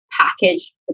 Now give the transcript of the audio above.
package